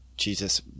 Jesus